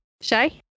Shay